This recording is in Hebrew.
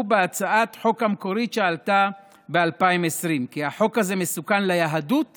בהצעת החוק המקורית שעלתה ב-2020 כי החוק הזה מסוכן ליהדות ולמדינה.